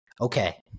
Okay